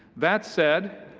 that said,